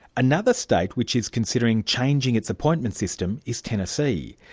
another state which is considering changing its appointment system is tennessee.